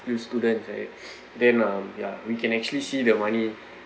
still student right then um ya we can actually see the money